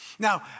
Now